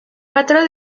cuatro